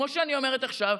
כמו שאני אומרת עכשיו,